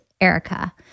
Erica